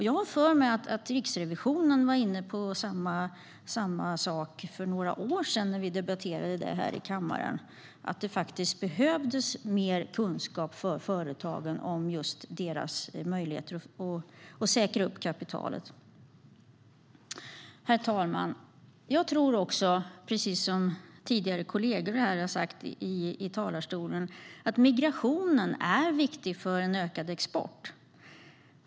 Jag har för mig att Riksrevisionen var inne på samma sak för några år sedan, när vi debatterade detta i kammaren, nämligen att det behövdes mer kunskap för företagen om deras möjligheter att säkra kapitalet. Herr talman! Jag tror, precis som de kollegor som yttrat sig från talarstolen tidigare, att migrationen är viktig för en ökad export.